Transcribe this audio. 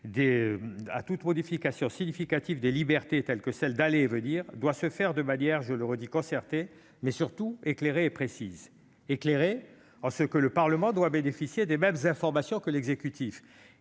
à toute modification significative des libertés, telle que celle d'aller et de venir, doit se faire de manière- je le redis -concertée, mais surtout éclairée et précise. Éclairée, d'abord. Le Parlement doit bénéficier des mêmes informations que l'exécutif.